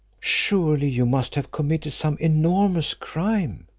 surely you must have committed some enormous crime.